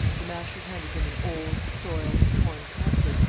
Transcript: the masher handed him an old, soiled, torn pamphlet,